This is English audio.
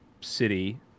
city